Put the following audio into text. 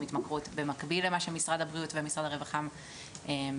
התמכרות במקביל למה שמשרד הבריאות ומשרד הרווחה מפעילים.